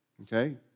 Okay